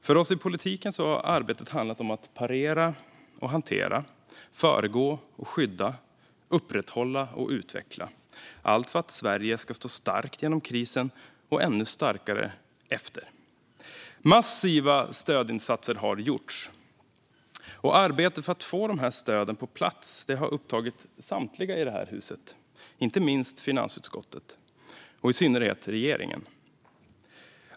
För oss i politiken har arbetet handlat om att parera och hantera, föregå och skydda, upprätthålla och utveckla, allt för att Sverige ska stå starkt genom krisen och ännu starkare efter den. Massiva stödinsatser har gjorts. Arbetet för att få dessa stöd på plats har upptagit samtliga i det här huset, inte minst finansutskottet och i synnerhet regeringen.